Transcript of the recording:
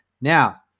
Now